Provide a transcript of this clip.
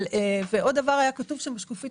תפרטי